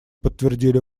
подтвердили